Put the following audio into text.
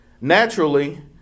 Naturally